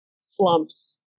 slumps